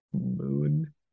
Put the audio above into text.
moon